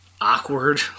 awkward